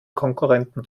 konkurrenten